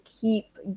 keep